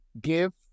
give